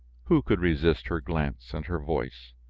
who could resist her glance and her voice?